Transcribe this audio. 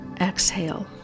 exhale